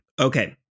Okay